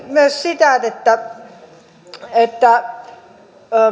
myös että että